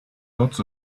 lots